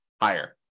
higher